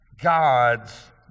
God's